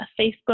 Facebook